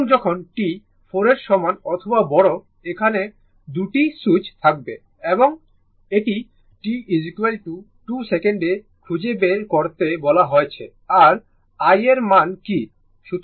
এবং যখন t 4 এর সমান অথবা বড় এখানে 2 টি সুইচ থাকবে এবং এটি t 2 সেকেন্ডে খুঁজে বের করতে বলা হয়েছে আর i এর মান কী